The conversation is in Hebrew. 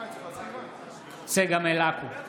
צגה מלקו,